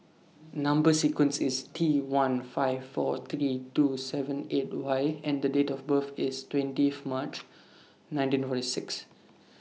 Number sequence IS T one five four three two seven eight Y and Date of birth IS twentieth March nineteen forty six